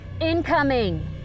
Incoming